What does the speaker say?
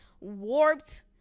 warped